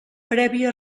prèvia